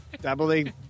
Doubling